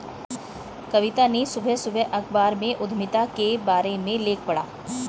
कविता ने सुबह सुबह अखबार में उधमिता के बारे में लेख पढ़ा